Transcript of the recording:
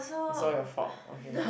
it's all your fault okay